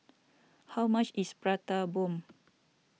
how much is Prata Bomb